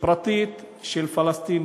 פרטית של פלסטיני.